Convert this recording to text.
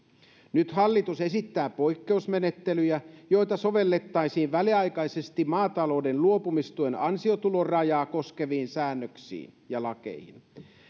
nyt hallitus esittää poikkeusmenettelyjä joita sovellettaisiin väliaikaisesti maatalouden luopumistuen ansiotulorajaa koskeviin säännöksiin ja lakeihin